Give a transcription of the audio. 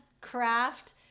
craft